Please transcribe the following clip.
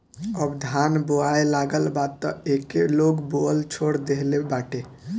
अब धान बोआए लागल बा तअ एके लोग बोअल छोड़ देहले बाटे